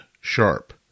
sharp